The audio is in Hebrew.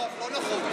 לא נכון.